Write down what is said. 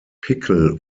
pickel